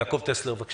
יעקב טסלר, בבקשה.